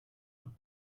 them